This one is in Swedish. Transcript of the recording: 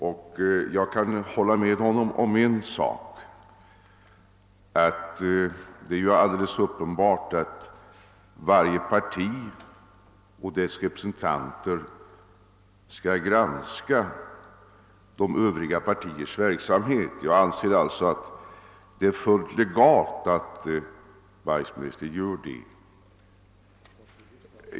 Jag kan hålla med honom om en sak, nämligen att det är alldeles uppenbart att varje parti och dess representanter skall granska de övriga partiernas verksamhet. Jag anser det alltså vara fullt legalt att herr Wachtmeister gör det.